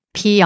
PR